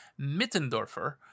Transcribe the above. Mittendorfer